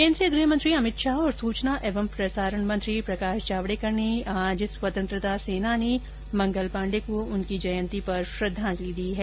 केन्द्रीय गृहमंत्री अभित शाह और सूचना एवं प्रसारण मंत्री प्रकाश जावेड़कर ने आज स्वतंत्रता सेनानी मंगल पाण्डे को उनकी जयंती पर श्रद्धांजलि दी है